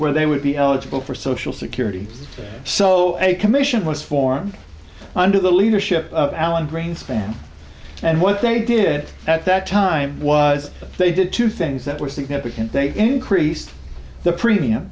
where they would be eligible for social security so a commission was formed under the leadership of alan greenspan and what they did at that time was they did two things that were significant they increased the premium